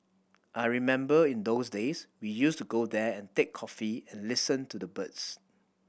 I remember in those days we used to go there and take coffee and listen to the birds